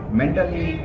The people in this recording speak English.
mentally